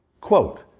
Quote